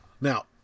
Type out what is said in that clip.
Now